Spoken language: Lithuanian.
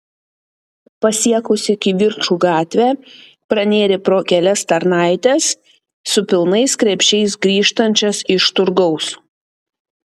pasiekusi kivirčų gatvę pranėrė pro kelias tarnaites su pilnais krepšiais grįžtančias iš turgaus